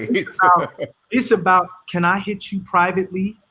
it's ah ah it's about, can i hit you privately?